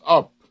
up